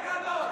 וקרקעות.